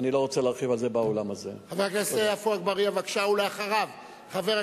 על זה יש משא-ומתן, על זה יש בורר, ובורר